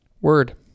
Word